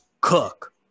cook